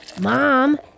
Mom